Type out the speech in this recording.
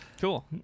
Cool